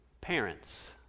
parents